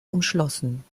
umschlossen